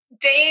Dave